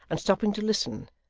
and stopping to listen,